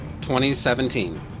2017